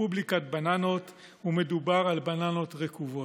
רפובליקת בננות, ומדובר על בננות רקובות: